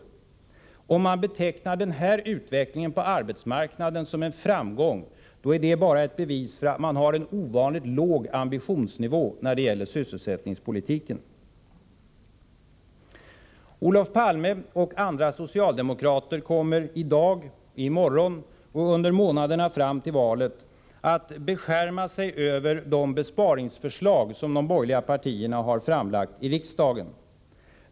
Om man betecknar denna utveckling på arbetsmarknaden som en framgång, är det bara ett bevis för att man har en ovanligt låg ambitionsnivå när det gäller sysselsättningspolitiken. Olof Palme och andra socialdemokrater kommer i dag, i morgon och under månaderna fram till valet att beskärma sig över de besparingsförslag som de borgerliga partierna har framlagt i riksdagen.